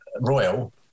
Royal